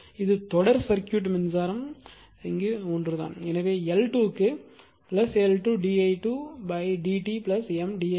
இப்போது இது தொடர் சர்க்யூட்டு மின்சாரம் ஒன்றுதான் எனவே L2 க்கு L2 di2 dt M di dt